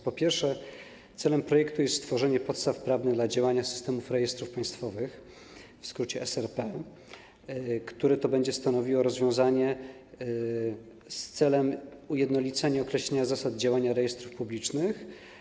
Po pierwsze, celem projektu jest stworzenie podstaw prawnych do działania systemu rejestrów państwowych, w skrócie SRP, który będzie stanowił rozwiązanie, którego celem będzie ujednolicenie i określenie zasad działania rejestrów publicznych.